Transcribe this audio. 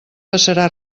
passarà